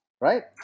right